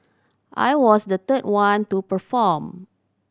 I was the third one to perform